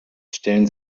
stellen